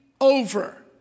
over